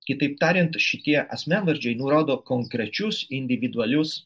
kitaip tariant šitie asmenvardžiai nurodo konkrečius individualius